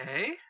Okay